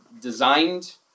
designed